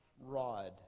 rod